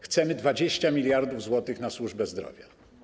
Chcemy 20 mld zł na służbę zdrowia.